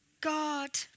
God